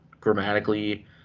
grammatically